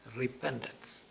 repentance